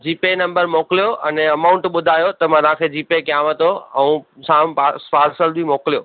GPay number मोकिलियो ऐं अने अमाउंट ॿुधायो त मां तव्हां खे जीपे कयांव थो ऐं साम पार पार्सल बि मोकिलियो